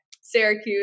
Syracuse